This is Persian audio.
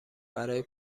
برای